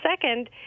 second